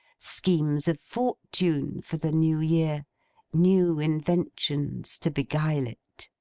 schemes of fortune for the new year new inventions to beguile it.